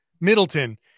Middleton